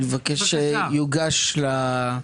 אבל אני מבקש שיוגש לוועדה,